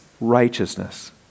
righteousness